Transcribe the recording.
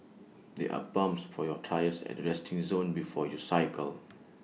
there are pumps for your tyres at the resting zone before you cycle